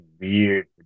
weird